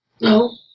No